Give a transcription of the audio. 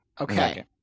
Okay